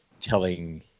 telling